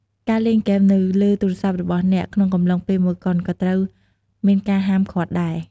ការលេងហ្គេមនៅលើទូរស័ព្ទរបស់អ្នក ក្នុងកំឡុងពេលមើលកុន ក៍ត្រូវមានការហាមឃាត់ដែរ។